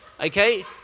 okay